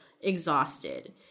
exhausted